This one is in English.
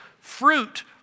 Fruit